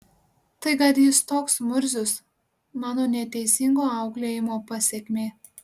tai kad jis toks murzius mano neteisingo auklėjimo pasekmė